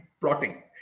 plotting